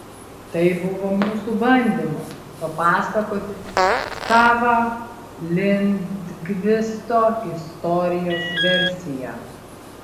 tai buvo mūsų bandymas papasakoti savą lindgvisto istorijos versiją